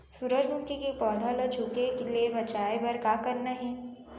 सूरजमुखी के पौधा ला झुके ले बचाए बर का करना हे?